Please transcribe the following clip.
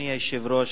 אדוני היושב-ראש,